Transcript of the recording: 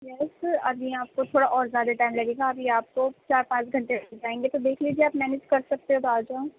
یس ابھی آپ کو تھوڑا اور زیادہ ٹائم لگے گا ابھی آپ کو چار پانچ گھنٹے لگ جائیں گے تو دیکھ لیجیے مینج کر سکتے ہو تو آ جاؤ